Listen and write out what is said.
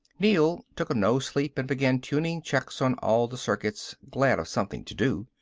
neel took a no-sleep and began tuning checks on all the circuits, glad of something to do.